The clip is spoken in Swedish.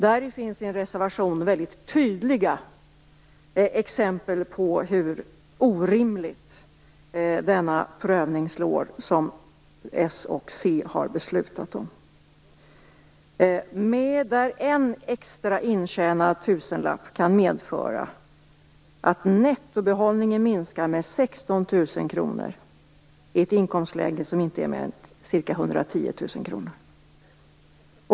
Där fanns det i en reservation väldigt tydliga exempel på hur orimligt den prövning som s och c har beslutat om slår. En extra intjänad tusenlapp kan medföra att nettobehållningen minskar med 16 000 kr i ett inkomstläge som inte ligger högre än ca 110 000 kr.